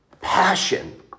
Passion